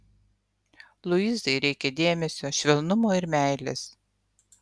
luizai reikia dėmesio švelnumo ir meilės